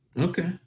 Okay